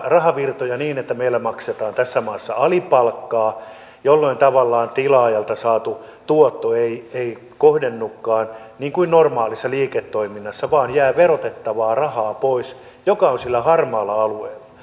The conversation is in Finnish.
rahavirtoja niin että meillä maksetaan tässä maassa alipalkkaa jolloin tavallaan tilaajalta saatu tuotto ei ei kohdennukaan niin kuin normaalissa liiketoiminnassa vaan jää verotettavaa rahaa pois joka on sillä harmaalla alueella